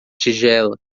tigela